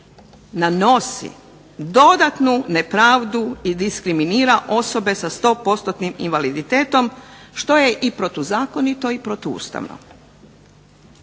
nanosi dodatnu nepravdu i diskriminira osobe sa 100%-nim invaliditetom što je i protuzakonito i protuustavno.